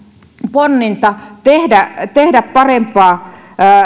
ponninta tehdä tehdä parempaa